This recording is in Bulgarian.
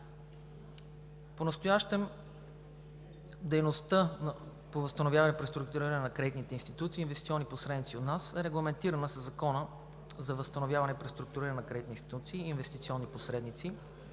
Понастоящем дейността по възстановяване и преструктуриране на кредитните институции и инвестиционни посредници у нас е регламентирана със Закона за възстановяване и преструктуриране на кредитни институции и инвестиционни посредници,